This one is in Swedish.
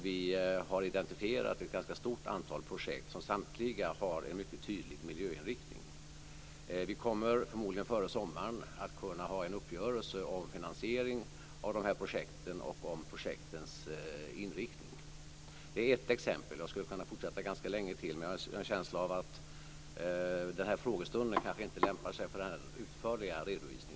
Vi har identifierat ett ganska stort antal projekt som samtliga har en mycket tydlig miljöinriktning. Vi kommer förmodligen före sommaren att kunna komma fram till en uppgörelse om finansieringen av de här projekten och deras konkreta inriktning. Detta är ett exempel. Jag skulle kunna fortsätta ganska länge till, men jag har en känsla av att den här frågestunden inte lämpar sig för en sådan utförlig redovisning.